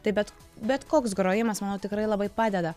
taip bet bet koks grojimas manau tikrai labai padeda